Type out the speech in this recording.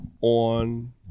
on